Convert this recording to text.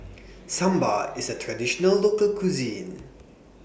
Sambar IS A Traditional Local Cuisine